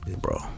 bro